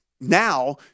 now